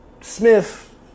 Smith